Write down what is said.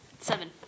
seven